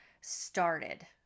started